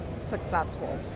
successful